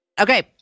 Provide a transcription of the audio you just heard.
Okay